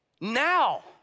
now